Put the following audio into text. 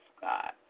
God